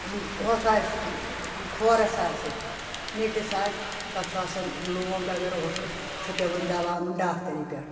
ہتھ آسہِ کُھورَس آسہِ نیٚٹِس آسہِ تَتھ چھُ آسان لُونٛگ اگر اوسُس چھُ پؠوان دوا اَنُن ڈاکٹَرِی پؠٹھ